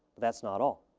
that's not all.